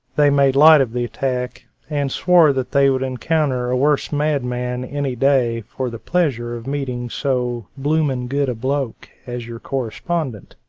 they made light of the attack, and swore that they would encounter a worse madman any day for the pleasure of meeting so bloomin good a bloke' as your correspondent.